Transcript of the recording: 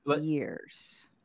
years